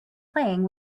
playing